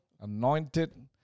anointed